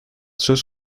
söz